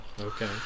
Okay